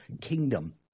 kingdom